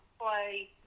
play